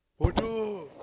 bodoh